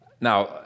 Now